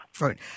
Right